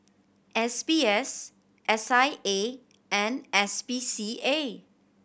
S B S S I A and S P C A